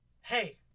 hey